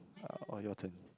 uh oh your turn